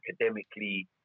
academically